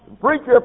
Preacher